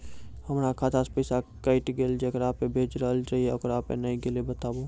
हमर खाता से पैसा कैट गेल जेकरा पे भेज रहल रहियै ओकरा पे नैय गेलै बताबू?